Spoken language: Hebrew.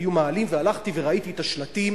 היו מאהלים והלכתי וראיתי את השלטים,